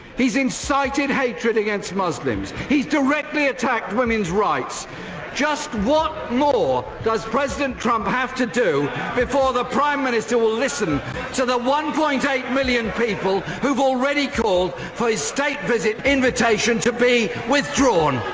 he's incited hatred against muslims, he's directly attacked women's rights just what more does president trump have to do before the prime minister will listen to the point eight million people who've already called for his state visit invitation to be withdrawn.